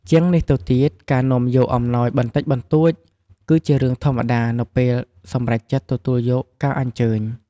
ជាងនេះទៅទៀត ការនាំយកអំណោយបន្តិចបន្តួចគឺជារឿងធម្មតានៅពេលសម្រេចចិត្តទទួលយកការអញ្ជើញ។